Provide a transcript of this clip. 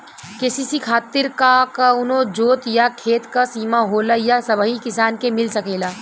KCC खातिर का कवनो जोत या खेत क सिमा होला या सबही किसान के मिल सकेला?